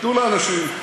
תנו לאנשים.